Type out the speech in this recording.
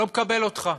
לא מקבל אותך,